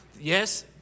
Yes